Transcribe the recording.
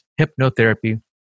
hypnotherapy